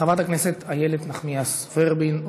חברת הכנסת איילת נחמיאס ורבין,